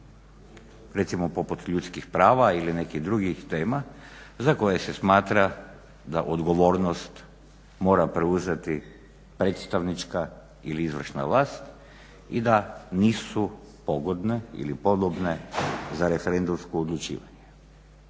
Recimo poput ljudskih prava ili nekih drugih tema za koje se smatra da odgovornost mora preuzeti predstavnička ili izvršna vlast i da nisu pogodne ili podobne za referendumsko odlučivanje.